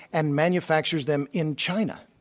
and manufactures them in china.